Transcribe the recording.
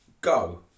go